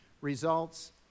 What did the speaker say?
results